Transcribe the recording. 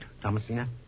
Thomasina